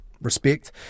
respect